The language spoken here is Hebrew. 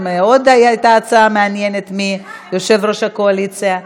הייתה עוד הצעה מעניינת, מיושב-ראש הקואליציה.